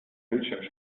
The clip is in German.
bildschirm